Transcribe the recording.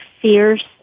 fierce